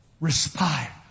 respire